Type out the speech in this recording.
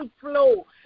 flow